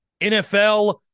NFL